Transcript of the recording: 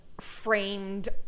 framed